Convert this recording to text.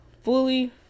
fully